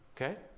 Okay